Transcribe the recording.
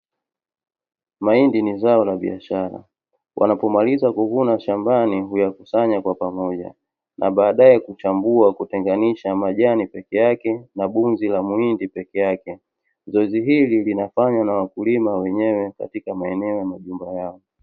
Mahindi ni zao la biashara, wanapomaliza kuvuna shambani huyakusanya kwa pamoja na baadaye kuchambua, kutenganisha majani peke yake na gunzi la mhindi peke yake. Zoezi hili linafanywa na wakulima wenyewe, katika maeneo ya majumba yao.